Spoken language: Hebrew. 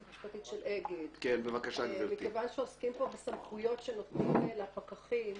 בזמנו דיברנו אל סמכות של הפקחים